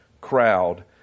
crowd